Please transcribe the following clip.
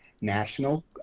National